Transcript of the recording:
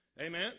Amen